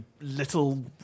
little